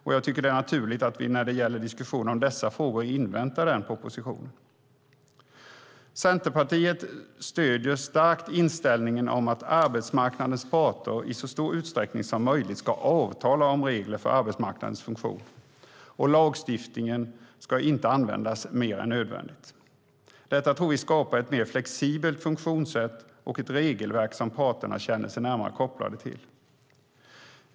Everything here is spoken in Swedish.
Jag tycker att det är naturligt att vi när det gäller en diskussion om dessa frågor inväntar den propositionen. Centerpartiet stöder starkt inställningen att arbetsmarknadens parter i så stor utsträckning som möjligt ska avtala om regler för arbetsmarknadens funktion och att lagstiftningen inte ska användas mer än nödvändigt. Detta tror vi skapar ett mer flexibelt funktionssätt och ett regelverk som parterna känner sig närmare kopplade till.